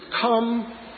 come